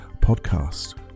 podcast